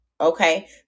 Okay